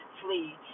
flee